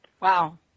Wow